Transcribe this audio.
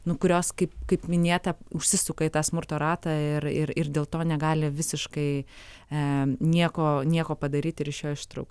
nu kurios kaip kaip minėta užsisuka į tą smurto ratą ir ir ir dėl to negali visiškai a nieko nieko padaryt ir iš jo ištrūkt